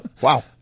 Wow